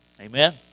Amen